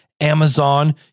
Amazon